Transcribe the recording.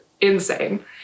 insane